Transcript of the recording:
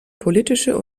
politische